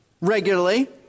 regularly